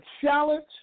challenge